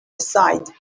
aside